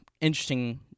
interesting